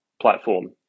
platform